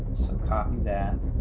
so copy that